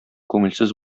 күңелсез